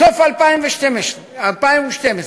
בסוף 2012,